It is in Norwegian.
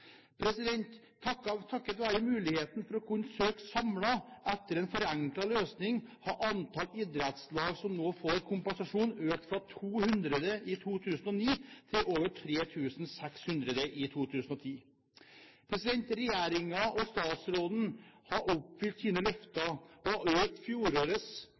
Takket være muligheten for å kunne søke samlet etter en forenklet løsning har antall idrettslag som nå får kompensasjon, økt fra 200 i 2009 til over 3 600 i 2010. Regjeringen og statsråden har oppfylt sine løfter og